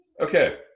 Okay